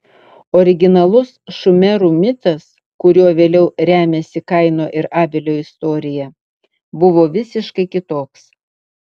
originalus šumerų mitas kuriuo vėliau remiasi kaino ir abelio istorija buvo visiškai kitoks